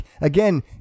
Again